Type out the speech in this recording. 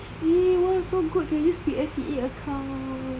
eh why so good can use P_S_E_A account